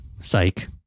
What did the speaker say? Psych